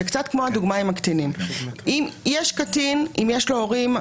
זה קצת דומה לדוגמה עם הקטינים: אם לקטין יש הורים,